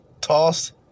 tossed